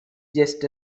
just